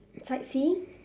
sightseeing